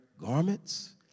garments